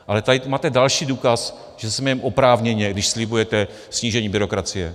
Ale tady máte další důkaz, že se smějeme oprávněně, když slibujete snížení byrokracie.